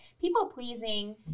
people-pleasing